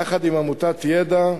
יחד עם עמותת "ידע".